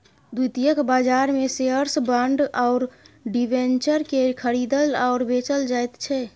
द्वितीयक बाजारमे shares bond आओर डिबेंचरकेँ खरीदल आओर बेचल जाइत छै